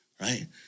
right